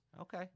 Okay